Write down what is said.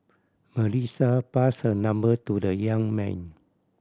Melissa passed her number to the young man